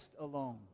alone